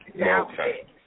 Okay